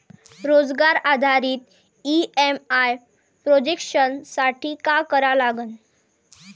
रोजगार आधारित EMI projection साठी का करा लागन?